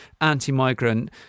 anti-migrant